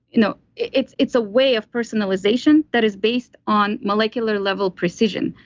you know it's it's a way of personalization that is based on molecular level precision,